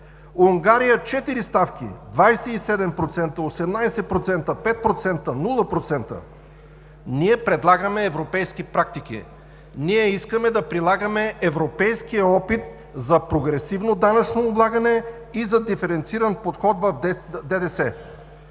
четири ставки – 27%, 18%, 5%, нула процента. Ние предлагаме европейски практики. Ние искаме да прилагаме европейския опит за прогресивно данъчно облагане и за диференциран подход в ДДС.